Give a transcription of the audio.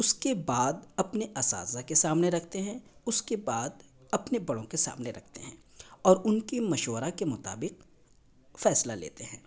اس کے بعد اپنے اساتذہ کے سامنے رکھتے ہیں اس کے بعد اپنے بڑوں کے سامنے رکھتے ہیں اور ان کی مشورہ کے مطابق فیصلہ لیتے ہیں